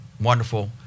wonderful